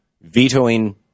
vetoing